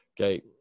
okay